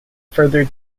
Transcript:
further